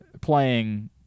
playing